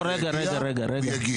לא, רגע, רגע, רגע.